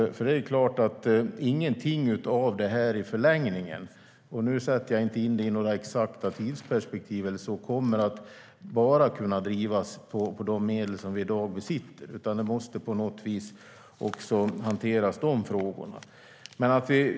Det är klart att inget av detta i förlängningen - jag sätter inte in det i något exakt tidsperspektiv - kommer att kunna drivas bara på de medel som vi besitter i dag, utan vi måste på något sätt hantera även de frågorna.